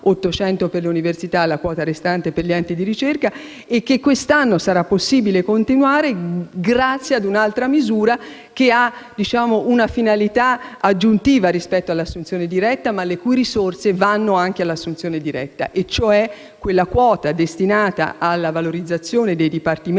per l'università e la quota restante per gli enti di ricerca) e che quest'anno sarà possibile continuare. Infatti, grazie a un'altra misura che ha una finalità aggiuntiva rispetto all'assunzione diretta, ma le cui risorse vanno anche all'assunzione diretta, e cioè quella quota destinata alla valorizzazione dei dipartimenti